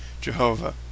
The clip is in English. jehovah